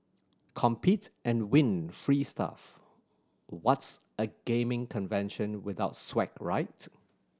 compete and win free stuff what's a gaming convention without swag right